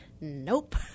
nope